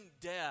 death